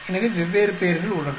எனவே வெவ்வேறு பெயர்கள் உள்ளன